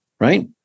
Right